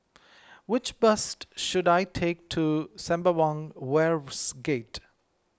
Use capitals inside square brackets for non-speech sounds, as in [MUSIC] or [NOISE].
which bus [NOISE] should I take to Sembawang Wharves Gate